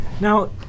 Now